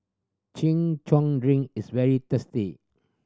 Chin Chow drink is very tasty